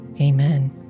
Amen